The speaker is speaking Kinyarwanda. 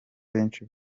benshi